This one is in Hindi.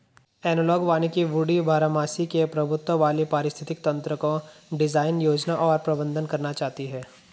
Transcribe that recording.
एनालॉग वानिकी वुडी बारहमासी के प्रभुत्व वाले पारिस्थितिक तंत्रको डिजाइन, योजना और प्रबंधन करना चाहती है